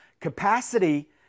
capacity